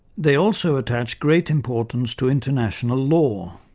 they also attach great importance to international law.